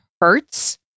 hurts